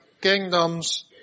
kingdoms